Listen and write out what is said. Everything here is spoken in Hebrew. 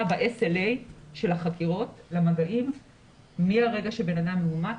SLA של החקירות והמגעים מהרגע שבן אדם מאומת,